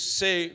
say